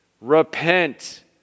repent